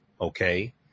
okay